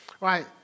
Right